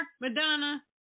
Madonna